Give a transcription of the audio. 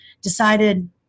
decided